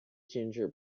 ginger